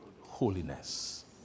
holiness